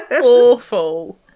awful